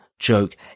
joke